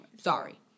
Sorry